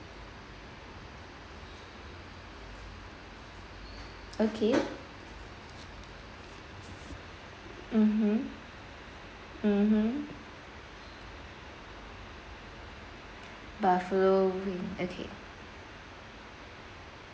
okay mmhmm mmhmm buffalo wing okay